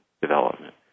development